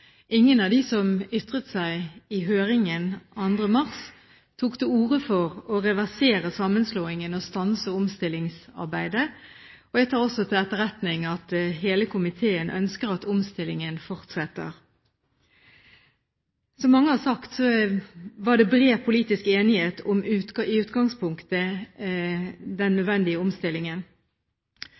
Ingen av dem som ytret seg i høringen 2. mars, tok til orde for å reversere sammenslåingen og stanse omstillingsarbeidet. Jeg tar også til etterretning at hele komiteen ønsker at omstillingen fortsetter. Som mange har sagt, var det i utgangspunktet bred politisk enighet om den nødvendige omstillingen.